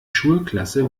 schulklasse